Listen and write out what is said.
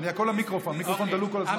הכול על מיקרופון, המיקרופון דלוק כל הזמן.